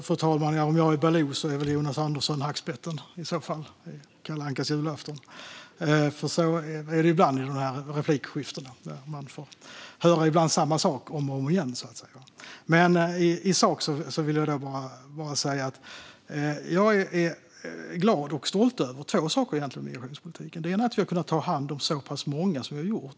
Fru talman! Om jag är Baloo är väl Jonas Andersson i så fall hackspetten i Kalle Ankas julafton. Så är det ibland i de här replikskiftena - man får höra samma sak om och om igen. I sak vill jag bara säga att jag är glad och stolt över två saker i migrationspolitiken. Det ena är att vi har kunnat ta hand om så pass många som vi har gjort.